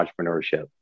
entrepreneurship